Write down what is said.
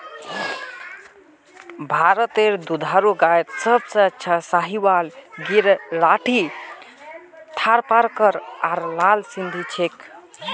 भारतत दुधारू गायत सबसे अच्छा साहीवाल गिर राठी थारपारकर आर लाल सिंधी छिके